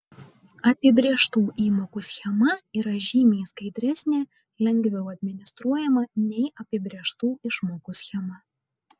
apibrėžtų įmokų schema yra žymiai skaidresnė lengviau administruojama nei apibrėžtų išmokų schema